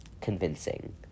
convincing